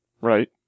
Right